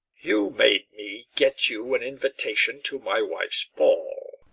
you made me get you an invitation to my wife's ball.